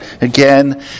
again